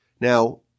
Now